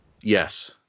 Yes